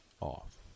off